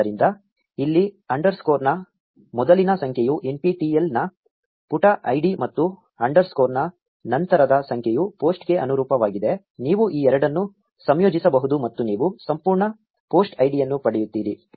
ಆದ್ದರಿಂದ ಇಲ್ಲಿ ಅಂಡರ್ಸ್ಕೋರ್ನ ಮೊದಲಿನ ಸಂಖ್ಯೆಯು NPTEL ನ ಪುಟ ಐಡಿ ಮತ್ತು ಅಂಡರ್ಸ್ಕೋರ್ನ ನಂತರದ ಸಂಖ್ಯೆಯು ಪೋಸ್ಟ್ಗೆ ಅನುರೂಪವಾಗಿದೆ ನೀವು ಈ ಎರಡನ್ನೂ ಸಂಯೋಜಿಸಬಹುದು ಮತ್ತು ನೀವು ಸಂಪೂರ್ಣ ಪೋಸ್ಟ್ ಐಡಿಯನ್ನು ಪಡೆಯುತ್ತೀರಿ